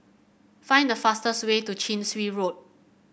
find the fastest way to Chin Swee Road